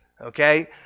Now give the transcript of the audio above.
Okay